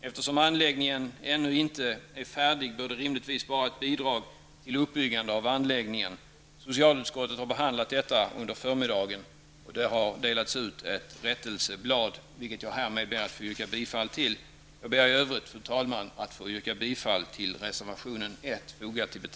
Eftersom anläggningen ännu inte är färdig, bör det rimligtvis vara ett bidrag till uppbyggande av anläggningen. Socialutskottet har behandlat detta under förmiddagen, och det har delats ut ett rättelseblad. Jag ber härmed att få yrka bifall till förslaget på detta. Jag ber i övrigt, fru talman, att få yrka bifall till reservation 1.